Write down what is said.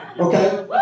Okay